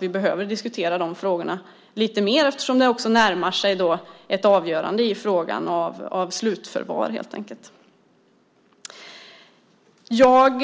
Vi behöver diskutera de frågorna lite mer eftersom ett avgörande i frågan om slutförvar närmar sig. Jag